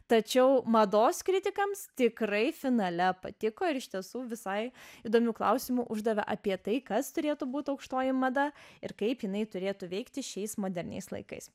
tačiau mados kritikams tikrai finale patiko ir iš tiesų visai įdomių klausimų uždavė apie tai kas turėtų būt aukštoji mada ir kaip jinai turėtų veikti šiais moderniais laikais